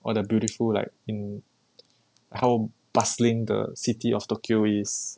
all the beautiful like in how bustling the city of tokyo is